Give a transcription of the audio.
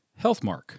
Healthmark